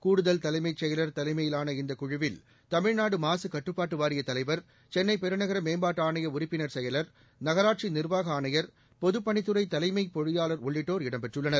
கூடுதல் தலைமைச் செயலாளர் தலைமையிலான இந்தக் குழுவில் தமிழ்நாடு மாசு கட்டுப்பாட்டு வாரியத் தலைவர் சென்னைப் பெருநகர மேம்பாட்டு ஆணைய உறுப்பினர் செயலர் நகராட்சி நிர்வாக ஆணையர் பொதுப்பணித்துறை தலைமைப் பொறியாளர் உள்ளிட்டோர் இடம்பெற்றுள்ளனர்